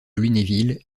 lunéville